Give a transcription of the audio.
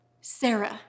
Sarah